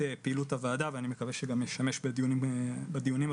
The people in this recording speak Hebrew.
פעילות הוועדה ואני מקווה שגם ישמשו בדיונים הבאים,